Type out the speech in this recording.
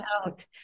out